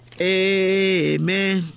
Amen